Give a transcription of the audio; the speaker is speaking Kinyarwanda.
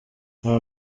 nta